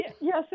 Yes